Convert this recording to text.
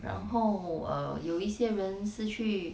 然后有一些人是去